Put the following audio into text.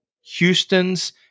Houston's